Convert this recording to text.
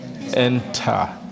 enter